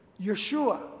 Yeshua